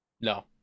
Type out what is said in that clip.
No